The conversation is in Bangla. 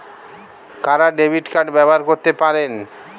কারা ডেবিট কার্ড ব্যবহার করতে পারেন?